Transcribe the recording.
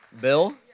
Bill